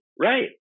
right